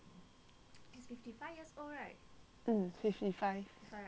mm fifty five